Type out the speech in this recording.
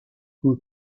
who